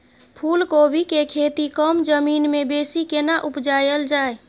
फूलकोबी के खेती कम जमीन मे बेसी केना उपजायल जाय?